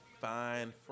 fine